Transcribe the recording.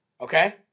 okay